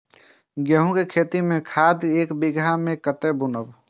गेंहू के खेती में खाद ऐक बीघा में कते बुनब?